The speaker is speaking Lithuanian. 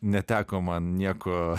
neteko man nieko